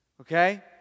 Okay